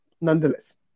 Nonetheless